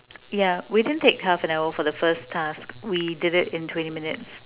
yeah we didn't take half an hour for the first task we did it in twenty minutes